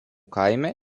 kaime